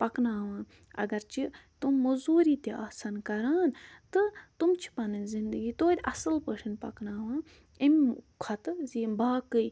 پَکناوان اگر چہِ تِم مُزوٗری تہِ آسَن کَران تہٕ تِم چھِ پَنٕنۍ زِندگی توتہِ اَصٕل پٲٹھۍ پَکناوان امہِ کھۄتہٕ زِ یِم باقٕے